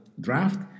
draft